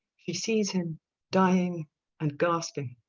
she sees him dying and gasping,